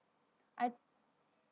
I